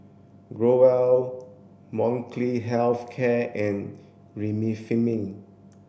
Growell Molnylcke health care and Remifemin